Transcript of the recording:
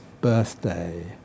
birthday